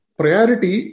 priority